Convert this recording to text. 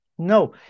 No